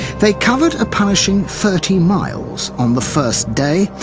they covered a punishing thirty miles on the first day,